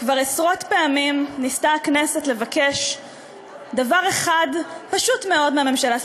כבר עשרות פעמים ניסתה הכנסת לבקש דבר אחד פשוט מאוד מהממשלה,